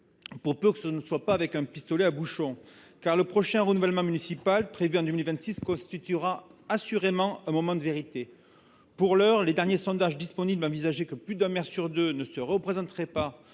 pour peu que ce ne soit pas avec un pistolet à bouchon… Le prochain renouvellement municipal, prévu en 2026, constituera assurément un moment de vérité. Pour l’heure, les derniers sondages disponibles indiquent que plus d’un maire sur deux ne se représentera pas